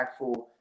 impactful